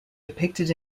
depicted